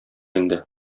инде